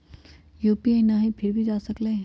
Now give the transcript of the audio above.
UPI न हई फिर भी जा सकलई ह?